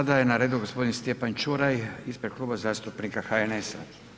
Sada je na redu gospodin Stjepan Čuraj ispred Kluba zastupnika HNS-a.